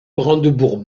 brandebourgs